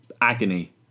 agony